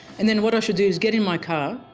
and then what i should do is get in my car,